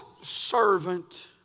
servant